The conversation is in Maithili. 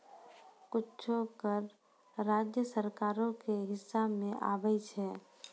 कुछो कर राज्य सरकारो के हिस्सा मे आबै छै